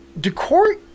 decor